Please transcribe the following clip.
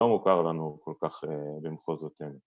‫לא מוכר לנו כל כך במחוזותינו.